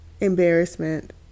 embarrassment